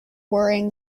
worrying